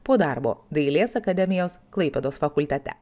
po darbo dailės akademijos klaipėdos fakultete